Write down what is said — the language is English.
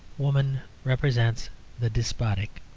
woman represents the despotic.